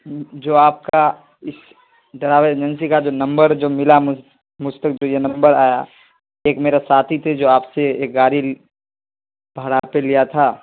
جو آپ کا اس ڈرائیور ایجنسی کا جو نمبر جو ملا مجھ تک جو یہ نمبر آیا ایک میرا ساتھی تھے جو آپ سے ایک گاڑی بھاڑا پہ لیا تھا